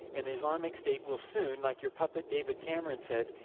and the islamic state will soon, like your puppet david cameron said,